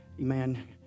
Amen